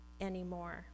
anymore